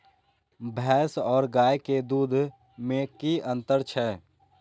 भैस और गाय के दूध में कि अंतर छै?